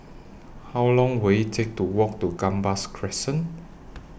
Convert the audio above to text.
How Long Will IT Take to Walk to Gambas Crescent